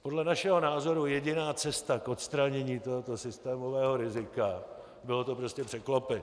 Podle našeho názoru jediná cesta k odstranění tohoto systémového rizika bylo to prostě překlopit.